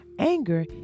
Anger